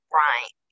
right